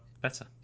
better